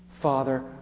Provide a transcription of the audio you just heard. Father